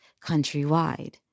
countrywide